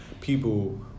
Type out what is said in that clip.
people